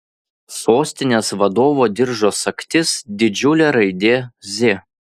sostinės vadovo diržo sagtis didžiulė raidė z